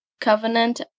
covenant